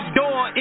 door